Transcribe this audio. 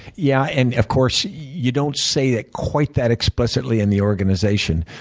yeah, and of course, you don't say it quite that explicitly in the organization.